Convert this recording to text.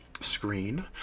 screen